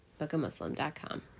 bookamuslim.com